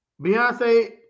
Beyonce